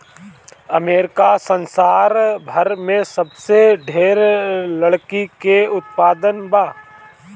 America में संसार भर में सबसे ढेर लकड़ी के उत्पादन बा